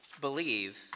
believe